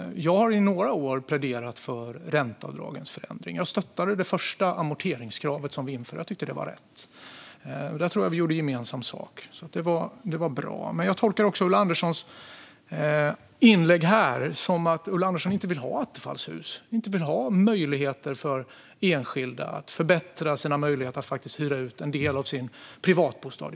Jag har i några år pläderat för förändringen av ränteavdragen, och jag stöttade det första amorteringskravet som infördes. Jag tyckte att det var rätt, och där tror jag att vi gjorde gemensam sak. Det var alltså bra. Jag tolkar dock Ulla Anderssons inlägg här som att Ulla Andersson inte vill ha attefallshus. Hon vill inte förbättra möjligheterna för enskilda att hyra en del av sin privatbostad.